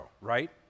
right